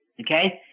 Okay